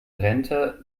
rente